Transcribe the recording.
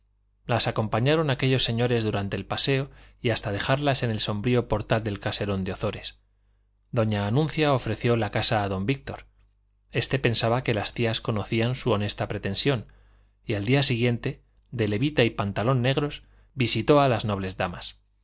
las acompañaron aquellos señores durante el paseo y hasta dejarlas en el sombrío portal del caserón de ozores doña anuncia ofreció la casa a don víctor este pensaba que las tías conocían su honesta pretensión y al día siguiente de levita y pantalón negros visitó a las nobles damas